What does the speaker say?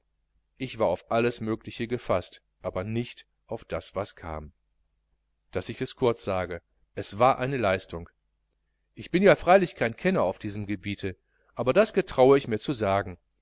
ich war auf alles mögliche gefaßt aber nicht auf das was kam daß ich es kurz sage es war eine leistung ich bin ja freilich kein kenner auf diesem gebiete aber das getraue ich mir zu sagen